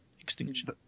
Extinction